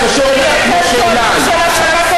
זה קשור אליך כמו שזה קשור אלי.